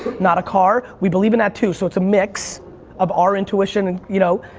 not a car, we believe in that too. so it's a mix of our intuition and you know.